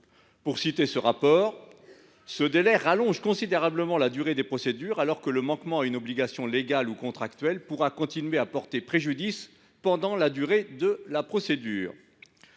y lit :« Ce délai rallonge considérablement la durée des procédures alors que le manquement à une obligation légale ou contractuelle pourra continuer à porter préjudice pendant la durée de la procédure.